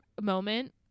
moment